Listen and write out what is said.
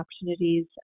opportunities